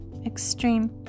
extreme